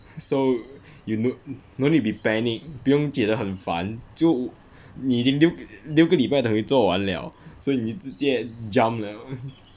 so you no no need be panic 不用觉得很烦就你已经六六个礼拜等于做完了所以你直接 jump